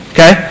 Okay